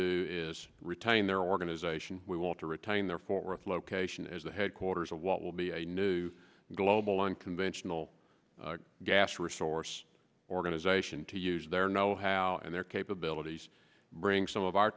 do is retain their organization we want to retain their fort worth location as the headquarters of what will be a new global unconventional gas resource organization to use their know how and their capabilities bring some of our